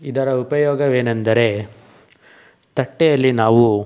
ಇದರ ಉಪಯೋಗವೇನೆಂದರೆ ತಟ್ಟೆಯಲ್ಲಿ ನಾವು